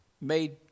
made